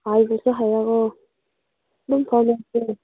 ꯍꯥꯏꯕꯁꯨ ꯍꯥꯏꯔꯛꯑꯣ ꯑꯗꯨꯝ ꯐꯥꯎꯅꯁꯦ